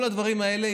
כל הדברים האלה,